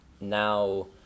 now